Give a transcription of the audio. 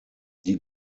die